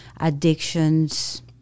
addictions